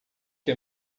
que